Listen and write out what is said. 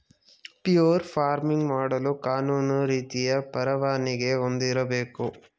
fur farming ಮಾಡಲು ಕಾನೂನು ರೀತಿಯ ಪರವಾನಿಗೆ ಹೊಂದಿರಬೇಕು